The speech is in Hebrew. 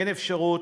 אין אפשרות,